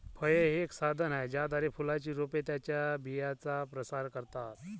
फळे हे एक साधन आहे ज्याद्वारे फुलांची रोपे त्यांच्या बियांचा प्रसार करतात